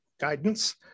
guidance